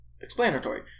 explanatory